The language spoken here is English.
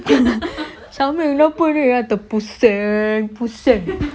sama lah apa terboseh-boseh